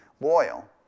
loyal